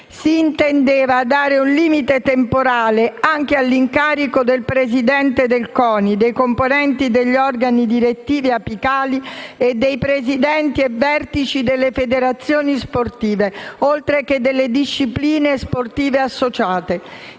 si intendeva dare un limite temporale anche all'incarico del Presidente del CONI, dei componenti degli organi direttivi apicali e dei presidenti e vertici delle federazioni sportive, oltre che delle discipline sportive associate.